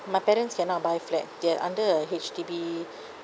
my parents cannot buy flat they're under H_D_B